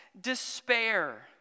despair